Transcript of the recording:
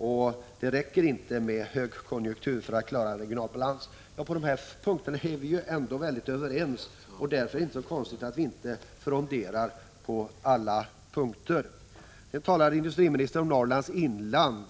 Vidare att det inte räcker med högkonjunktur för att man skall klara en regional balans. Om detta är vi ju överens, och därför är det inte så konstigt att vi inte fronderar på alla punkter. Industriministern talade om Norrlands inland,